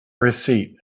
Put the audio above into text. receipt